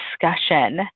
discussion